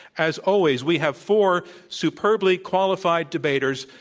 as always, we have four superbly qualified debaters